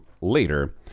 later